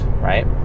right